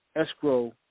escrow